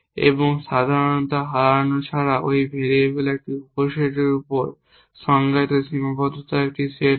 এবং আমরা সাধারণতা হারানো ছাড়া ঐ ভেরিয়েবলের একটি উপসেটের উপর সংজ্ঞায়িত সীমাবদ্ধতার একটি সেট আছে